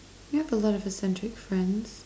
you have a lot of eccentric friends